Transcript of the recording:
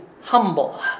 humble